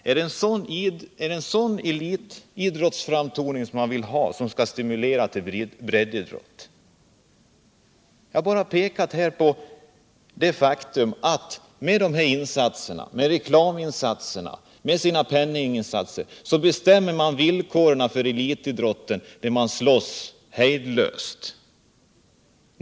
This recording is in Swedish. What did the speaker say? Vill man ge elitidrotten en sådan framtoning, den elitidrott som skall stimulera till breddidrott? Jag har pekat på det faktum att reklamen med sina penninginsatser bestämmer villkoren för elitidrotten, och man slåss hejdlöst om den här reklamen.